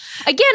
again